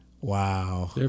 Wow